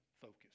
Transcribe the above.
focus